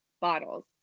bottles